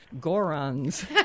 Goron's